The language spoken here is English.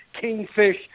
Kingfish